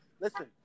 Listen